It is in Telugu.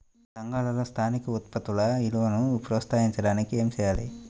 సంఘాలలో స్థానిక ఉత్పత్తుల విలువను ప్రోత్సహించడానికి ఏమి చేయాలి?